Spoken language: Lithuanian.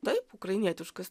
taip ukrainietiškas